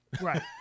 Right